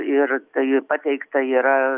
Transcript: ir tai pateikta yra